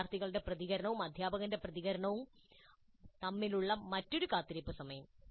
വിദ്യാർത്ഥികളുടെ പ്രതികരണവും അധ്യാപകന്റെ പ്രതികരണവും തമ്മിലുള്ള മറ്റൊരു കാത്തിരിപ്പ് സമയം